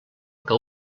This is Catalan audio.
que